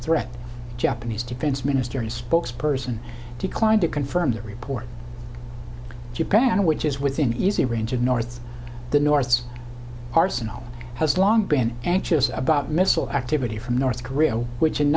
threat japanese defense minister and spokes person declined to confirm that report japan which is within easy range of north the north's arsenal has long been anxious about missile activity from north korea which in